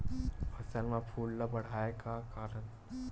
फसल म फूल ल बढ़ाय का करन?